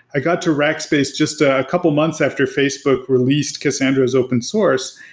i got to rackspace just ah a couple months after facebook released cassandra's open source,